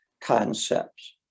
concepts